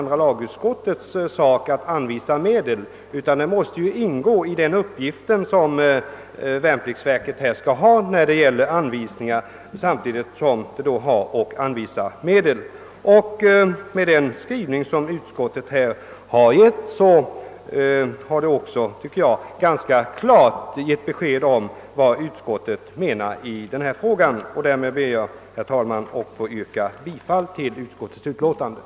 Med den skrivning som utskottet har gjort tycker jag att utskottet ganska klart har givit besked om vad det anser i denna fråga. Därmed, herr talman, ber jag att få yrka bifall till utskottets hemställan. Som tiden nu var långt framskriden beslöt kammaren på förslag av herr talmannen att uppskjuta behandlingen av återstående på föredragningslistan upptagna ärenden till morgondagens sammanträde. Till Riksdagens andra kammare Undertecknad får härmed anhålla om ledighet från riksdagsarbetet under tiden 20—23 maj 1969 på grund av utrikes tjänsteresa. Stockholm den 12 maj 1969. Olof Palme